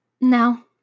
No